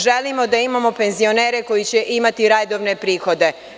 Želimo da imamo penzionere koji će imati redovne prihode.